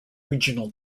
regional